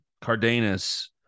Cardenas